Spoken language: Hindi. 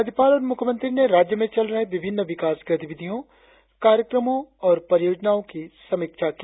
राज्यपाल और मुख्यमंत्री ने राज्य में चल रहे विभिन्न विकास गतिविधियो कार्यक्रमो और परियोजनाओ की समीक्षा की